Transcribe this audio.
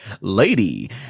Lady